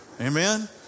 Amen